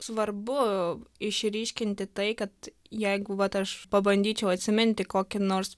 svarbu išryškinti tai kad jeigu vat aš pabandyčiau atsiminti kokį nors